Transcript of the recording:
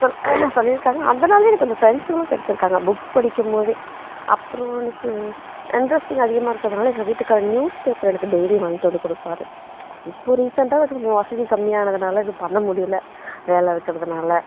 சொல் சொல்லியிருக்காங்க அதனால் எனக்கு கொஞ்சம் ப்ரெண்ட்ஸ்களும் கிடச்சிருக்காங்க புக்ஸ் படிக்கும் போது அப்பறம் எனக்கு இன்ட்ரெஸ்டிங் அதிகமாக இருக்கறதுனால் எங்கள் வீட்டுக்கார் நியூஸ் பேப்பர் எனக்கு டெய்லியும் வாங்கிட்டு வந்து கொடுப்பாரு இப்போது ரீசெண்டாக கொஞ்சம் வசதி கம்மியானதுனால் அது பண்ண முடியலை வேலை இருக்கறதுனால்